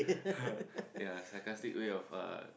ya sarcastic way of uh